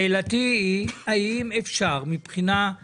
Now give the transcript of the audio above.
שאלתי היא האם אפשר מבחינה חוקית